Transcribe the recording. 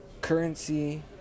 currency